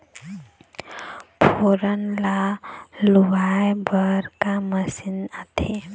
फोरन ला लुआय बर का मशीन आथे?